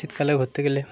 শীতকালে ঘুরতে গেলে